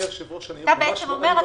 אתה בעצם אומר,